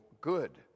good